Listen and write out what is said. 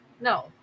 No